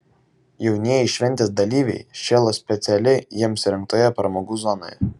jaunieji šventės dalyviai šėlo specialiai jiems įrengtoje pramogų zonoje